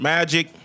Magic